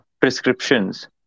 prescriptions